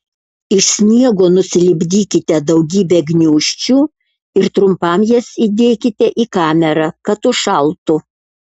iš sniego nusilipdykite daugybę gniūžčių ir trumpam jas įdėkite į kamerą kad užšaltų